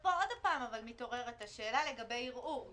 פה עוד פעם מתעוררת השאלה לגבי ערעור,